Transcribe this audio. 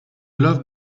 love